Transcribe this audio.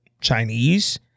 Chinese